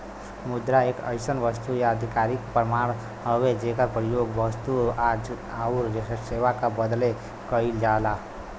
मुद्रा एक अइसन वस्तु या आधिकारिक प्रमाण हउवे जेकर प्रयोग वस्तु आउर सेवा क बदले कइल जाला